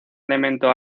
elemento